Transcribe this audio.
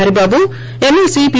హరిబాబు ఎమ్మెల్పీ పి